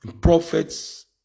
prophets